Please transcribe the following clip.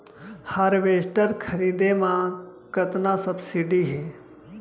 Harvester खरीदे म कतना सब्सिडी हे?